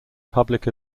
public